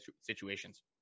situations